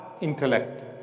intellect